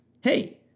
Hey